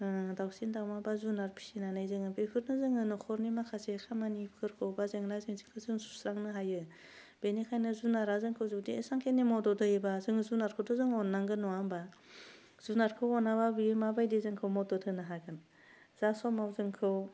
ओह दावसिन दावमा बा जुनाद फिसिनानै जोङो बेफोरनो जोङो न'खरनि माखासे खामानिफोरखौ बा जेंना जेंसिखौ जों सुस्रांनो हायो बेनिखायनो जुनारा जोंखौ जुदि इसिबांखिनि मदद होयोबा जोङो जुनादखौथ' जों अन्नांगोन नङा होनबा जुनादखौ अनाबा बेयो माबायदि जोंखौ मदद होनो हागोन जा समाव जोंखौ